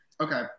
Okay